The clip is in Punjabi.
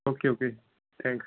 ਓਕੇ ਓਕੇ ਜੀ ਥੈਂਕਸ